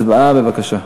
הצבעה, בבקשה.